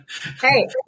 Hey